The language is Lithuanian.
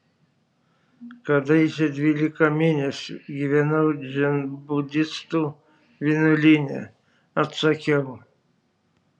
kadaise dvylika mėnesių gyvenau dzenbudistų vienuolyne atsakiau